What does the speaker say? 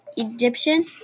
Egyptian